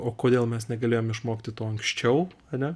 o kodėl mes negalėjom išmokti to anksčiau ane